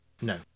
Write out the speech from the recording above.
No